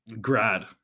Grad